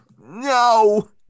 No